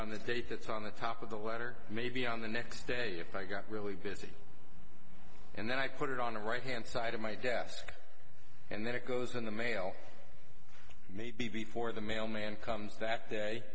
the date that's on the top of the letter maybe on the next day if i get really busy and then i put it on the right hand side of my desk and then it goes in the mail maybe before the mailman comes that day